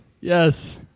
Yes